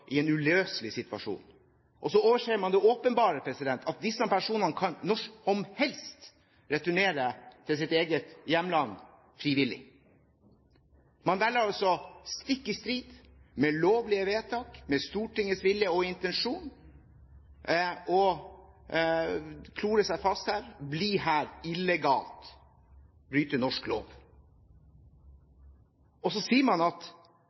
i en uløselig situasjon. Så overser man det åpenbare, at disse personene når som helst kan returnere til sitt eget hjemland frivillig. Man velger altså – stikk i strid med lovlige vedtak, med Stortingets vilje og intensjon – å klore seg fast her, bli her illegalt, bryte norsk lov. Og så sier man at